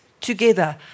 together